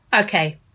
Okay